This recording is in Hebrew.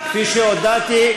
כפי שהודעתי,